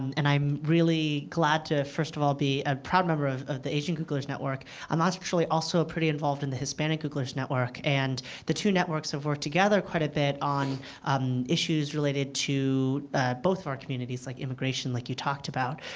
and i'm really glad to, first of all, be a proud member of the asian googlers network. i'm actually also pretty involved in the hispanic googlers network, and the two networks have worked together quite a bit on issues related to both of our communities like immigration, like you talked about.